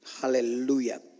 Hallelujah